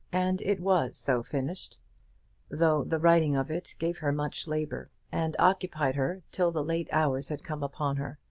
and it was so finished though the writing of it gave her much labour, and occupied her till the late hours had come upon her.